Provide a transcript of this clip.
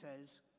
says